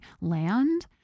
land